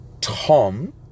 Tom